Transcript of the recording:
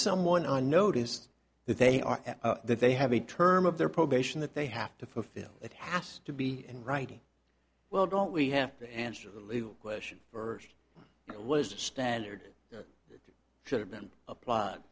someone on notice that they are that they have a term of their probation that they have to fulfill it has to be in writing well don't we have to answer the legal question for it was a standard it should have been appl